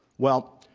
well,